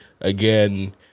again